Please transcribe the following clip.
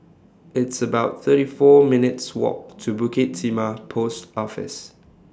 It's about thirty four minutes' Walk to Bukit Timah Post Office